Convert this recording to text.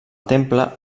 temple